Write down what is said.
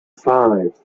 five